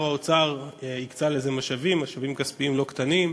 ושר האוצר הקצה לזה משאבים כספיים לא קטנים,